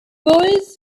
boys